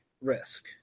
risk